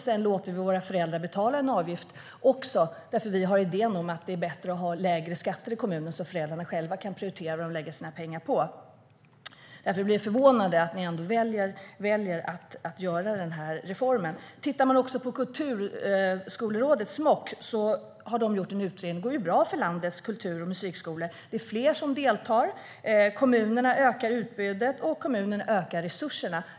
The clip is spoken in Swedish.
Sedan låter vi också föräldrarna betala en avgift eftersom vi har idén att det är bättre att ha lägre skatter i kommunen så att föräldrarna själva kan prioritera vad de lägger sina pengar på. Därför är det förvånande att ni väljer att göra den här reformen. Kulturskolerådet, Smok, har gjort en utredning av landets kultur och musikskolor. Det går bra för dem. Det är fler som deltar. Kommunerna ökar utbudet och resurserna.